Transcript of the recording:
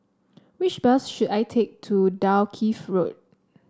which bus should I take to Dalkeith Road